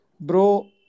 Bro